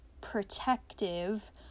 protective